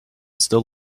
still